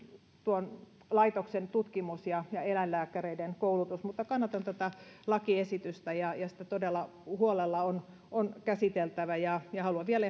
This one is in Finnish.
tuon laitoksen tutkimus ja ja eläinlääkäreiden koulutus mutta kannatan tätä lakiesitystä ja ja sitä todella huolella on on käsiteltävä ja haluan vielä